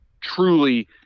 truly